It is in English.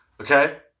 Okay